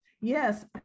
Yes